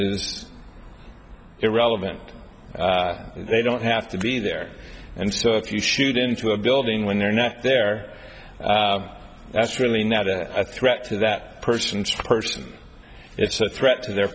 is irrelevant they don't have to be there and so if you shoot into a building when they're not there that's really not a threat to that person to person it's a threat to their